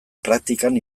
praktikan